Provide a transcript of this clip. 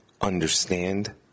understand